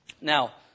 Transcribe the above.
Now